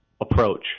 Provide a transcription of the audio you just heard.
approach